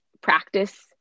practice